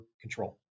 control